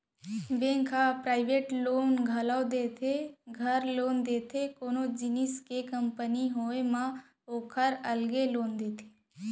bank ह private loan घलौ देथे, घर लोन देथे, कोनो जिनिस के कंपनी होय म ओकर अलगे लोन देथे